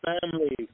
family